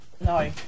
No